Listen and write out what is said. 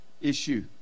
issue